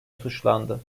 suçlandı